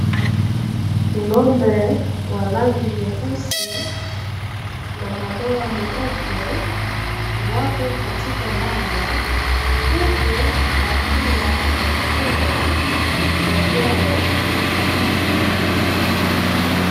Ng'ombe wa rangi nyeusi na madoa meupe wapo katika banda, hukuwakiwa wametoa vichwa vyao nje.